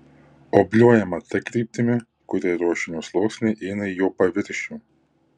obliuojama ta kryptimi kuria ruošinio sluoksniai eina į jo paviršių